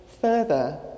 further